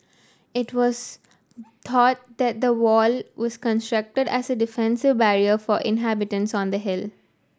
it was thought that the wall was constructed as defensive barrier for inhabitants on the hill